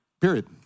Period